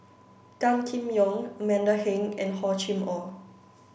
Gan Kim Yong Amanda Heng and Hor Chim Or